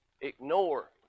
ignore